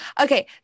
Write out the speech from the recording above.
Okay